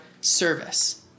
service